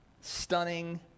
stunning